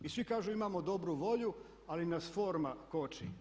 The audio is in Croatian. I svi kažu imamo dobru volju ali nas forma koči.